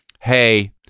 hey